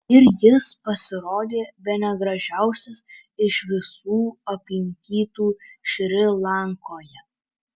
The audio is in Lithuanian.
ir jis pasirodė bene gražiausias iš visų aplankytų šri lankoje